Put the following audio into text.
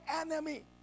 enemy